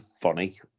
funny